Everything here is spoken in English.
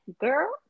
girl